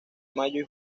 mayo